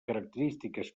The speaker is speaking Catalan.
característiques